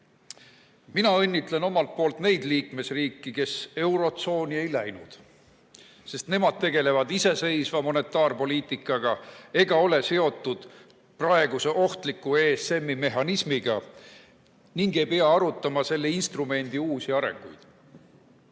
Mina õnnitlen omalt poolt neid liikmesriike, kes eurotsooni ei läinud, sest nemad tegelevad iseseisva monetaarpoliitikaga ega ole seotud praeguse ohtliku ESM‑i mehhanismiga ning ei pea arutama selle instrumendi uusi arenguid.